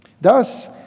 Thus